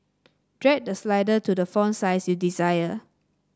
drag the slider to the font size you desire